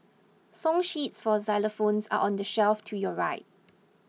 song sheets for xylophones are on the shelf to your right